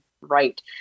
right